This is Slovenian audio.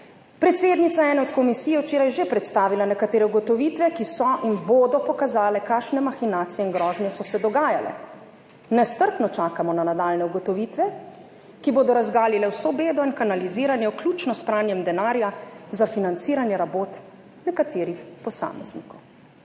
Predsednica ene od komisij je včeraj že predstavila nekatere ugotovitve, ki so in bodo pokazale, kakšne mahinacije in grožnje so se dogajale. Nestrpno čakamo na nadaljnje ugotovitve, ki bodo razgalile vso bedo in kanaliziranje, vključno s pranjem denarja za financiranje rabot nekaterih posameznikov.